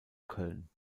köln